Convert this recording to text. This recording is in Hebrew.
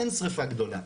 אין שריפה גדולה.